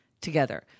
together